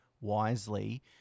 wisely